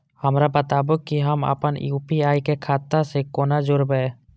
हमरा बताबु की हम आपन यू.पी.आई के खाता से कोना जोरबै?